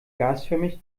gasförmig